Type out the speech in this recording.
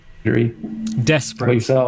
Desperate